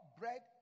bread